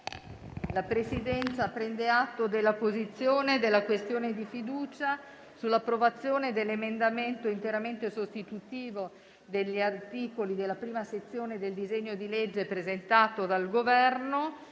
La Presidenza prende atto della posizione della questione di fiducia sull'approvazione dell'emendamento 1.9000, presentato dal Governo, interamente sostitutivo degli articoli della prima sezione del disegno di legge presentato dal Governo.